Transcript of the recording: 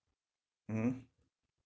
mmhmm